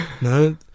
no